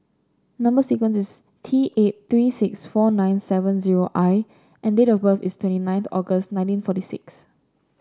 number sequence is T eight three six four nine seven zero I and date of birth is twenty ninth August nineteen forty six